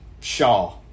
Shaw